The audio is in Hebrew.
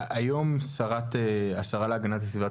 היום השרה להגנת הסביבה,